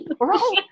right